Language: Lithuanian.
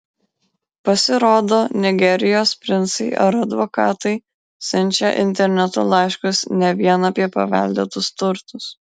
pasirodo nigerijos princai ar advokatai siunčia internetu laiškus ne vien apie paveldėtus turtus